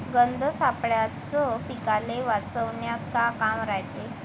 गंध सापळ्याचं पीकाले वाचवन्यात का काम रायते?